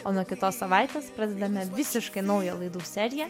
o nuo kitos savaitės pradedame visiškai naują laidų seriją